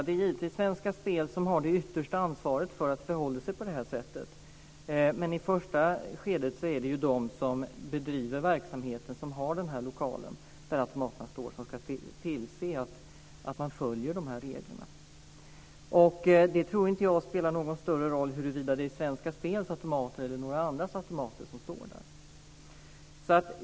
Det är givetvis Svenska Spel som har det yttersta ansvaret för att det förhåller sig på det här sättet. Men i första hand är det ju de som har den här lokalen där automaterna står som ska tillse att man följer reglerna. Jag tror inte att det spelar någon större roll huruvida det är Svenska Spels automater eller någon annans automater som står där.